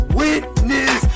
witness